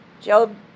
Job